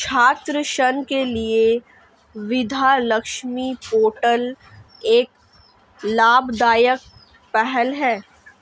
छात्र ऋण के लिए विद्या लक्ष्मी पोर्टल एक लाभदायक पहल है